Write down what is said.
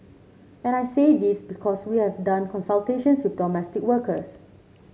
and I say this because we have done consultations with domestic workers